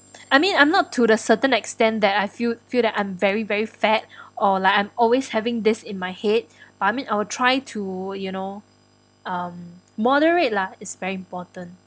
I mean I'm not to the certain extent that I feel feel that I'm very very fat or like I'm always having this in my head but I mean I'll try to you know um moderate lah is very important